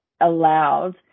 allowed